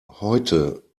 heute